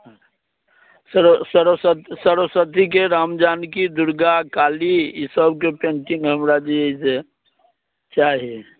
हँ सरो सरोसत सरोसतीके रामजानकी दुर्गा काली ई सभकेँ पेन्टिङ्ग हमरा जे अइ से चाही